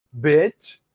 Bitch